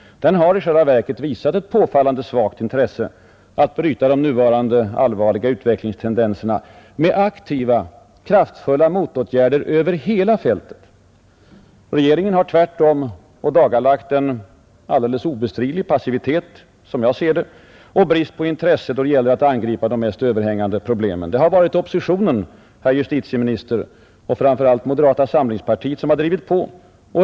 Den har i själva verket visat ett påfallande svagt intresse för att bryta de nuvarande allvarliga utvecklingstendenserna med aktiva, kraftfulla motåtgärder över hela fältet. Regeringen har tvärtom, som jag ser det, ådagalagt en alldeles obestridlig passivitet och brist på intresse då det gäller att angripa även de mest överhängande problemen. Det har varit oppositionen, herr justitieminister, och framför allt moderata samlingspartiet som har drivit på.